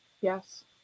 Yes